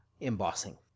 embossing